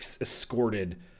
escorted